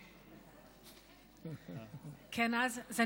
כן, אה?